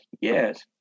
Yes